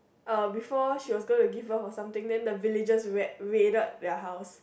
uh before she was going to give birth or something then the villagers ra~ raided their house